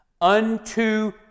Unto